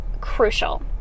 crucial